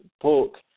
book